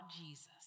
Jesus